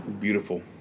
beautiful